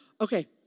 Okay